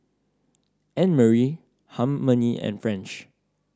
Annmarie Harmony and French